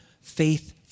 faith